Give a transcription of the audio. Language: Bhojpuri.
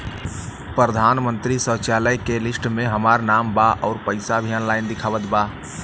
प्रधानमंत्री शौचालय के लिस्ट में हमार नाम बा अउर पैसा भी ऑनलाइन दिखावत बा